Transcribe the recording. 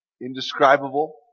indescribable